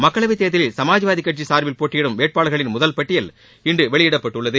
மக்களவை தேர்தலில் சமாஜ்வாதி கட்சி சார்பில் போட்டியிடும் வேட்பாளர்களின் முதல் பட்டியல் இன்று வெளியிடப்பட்டுள்ளது